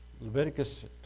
Leviticus